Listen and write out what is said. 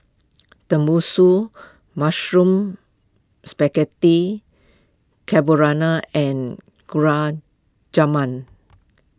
Tenmusu Mushroom Spaghetti Carbonara and Gulab Jamun